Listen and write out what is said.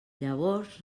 llavors